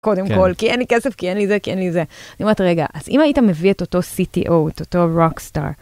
קודם כל, כי אין לי כסף, כי אין לי זה, כי אין לי זה. אני אומרת, רגע, אז אם היית מביא את אותו CTO, את אותו רוקסטאר,